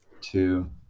two